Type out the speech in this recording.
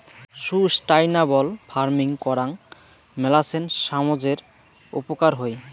sustainable farming করাং মেলাছেন সামজের উপকার হই